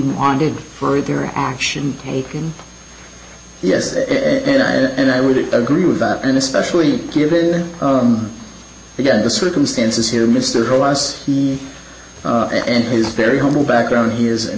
wanted for their action taken yes and i and i would agree with that and especially given the good the circumstances here mr laws and his very humble background here is an